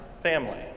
family